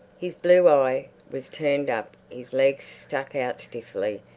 his blue eye was turned up, his legs stuck out stiffly,